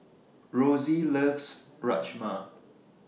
Rosy loves Rajma